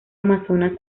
amazonas